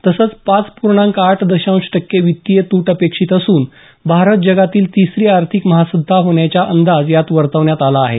तसंच पाच पूर्णांक आठ दशांश टक्के वित्तीय तूट अपेक्षित असून भारत जगातील तिसरी आर्थिक महासत्ता होण्याचा अंदाज यात वर्तवला आहे